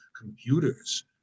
computers